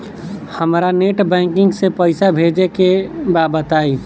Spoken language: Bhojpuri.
हमरा नेट बैंकिंग से पईसा भेजे के बा बताई?